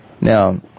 Now